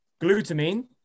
glutamine